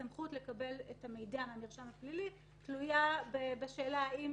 הסמכות לקבל את המידע על המרשם הפלילי תלויה בשאלה האם